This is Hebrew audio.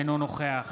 אינו נוכח